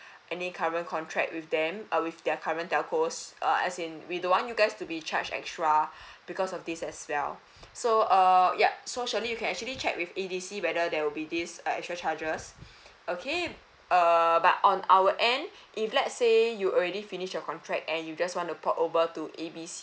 any current contract with them uh with their current telcos as in we don't want you guys to be charged extra because of this as well so uh yup so shirley you can actually check with E_D_C whether there will be this extra charges okay uh but on our end if let's say you already finished your contract and you just want to port over to A B C